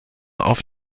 auf